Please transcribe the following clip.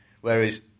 Whereas